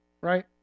Right